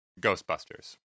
Ghostbusters